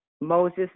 Moses